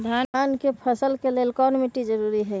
धान के फसल के लेल कौन मिट्टी जरूरी है?